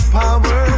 power